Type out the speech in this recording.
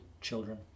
children